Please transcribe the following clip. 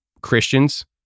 Christians